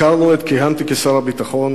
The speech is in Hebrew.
הכרנו עת כיהנתי כשר הביטחון.